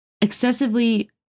excessively